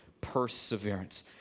perseverance